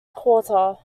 quarter